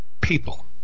people